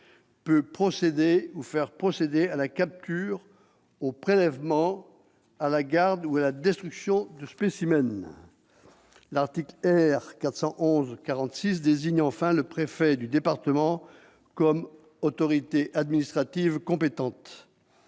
peut procéder ou faire procéder à la capture, au prélèvement, à la garde ou à la destruction de spécimens. L'article R. 411-46 désigne enfin le préfet de département comme autorité administrative compétente.